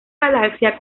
galaxia